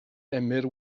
emyr